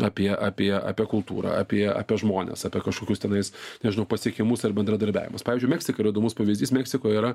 apie apie apie kultūrą apie apie žmones apie kažkokius tenais nežinau pasiekimus ar bendradarbiavimus pavyzdžiui meksika yra įdomus pavyzdys meksikoj yra